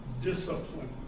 discipline